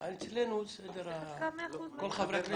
מתקוממת מהנושא הזה הרבה מאוד